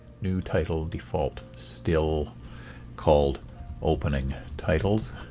new title, default still called opening titles.